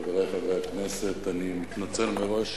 חברי חברי הכנסת, אני מתנצל מראש